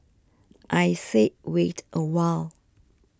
I say wait a while